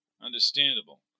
Understandable